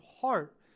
heart